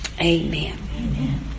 Amen